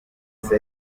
uti